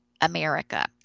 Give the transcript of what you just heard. America